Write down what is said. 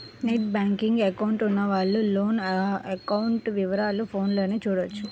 net banking account ఉన్నవాళ్ళు loan account వివరాలను ఫోన్లోనే చూడొచ్చు